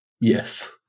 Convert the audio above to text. Yes